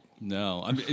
No